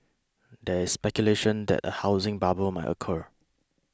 there is speculation that a housing bubble may occur